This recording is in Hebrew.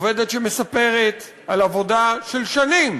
עובדת שמספרת על עבודה של שנים